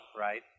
right